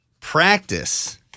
practice